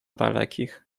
dalekich